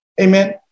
Amen